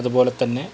അത് പോലെ തന്നെ